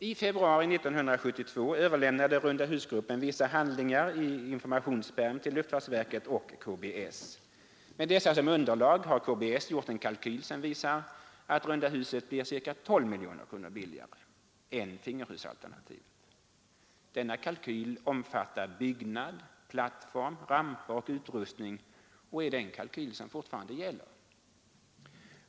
I februari 1972 överlämnade rundahusgruppen vissa handlingar i informationspärm till luftfartsverket och KBS. Med dessa som underlag har KBS gjort en kalkyl, som visar att runda huset blir ca 12 miljoner kronor billigare än fingerhusalternativet. Denna kalkyl omfattar byggnad, plattform, ramp och utrustning. Det är den kalkyl som fortfarande gäller.